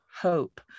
hope